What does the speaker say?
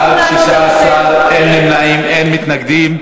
בעד, 16, אין נמנעים, אין מתנגדים.